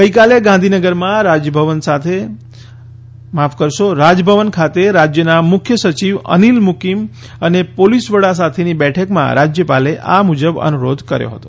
ગઇકાલે ગાંધીનગરમાં રાજભવન ખાતે રાજ્યના મુખ્ય સચિવ અનીલ મુકીમ અને પોલીસ વડા સાથેની બેઠકમાં રાજ્યપાલે આ મુજબ અનુરોધ કર્યો હતો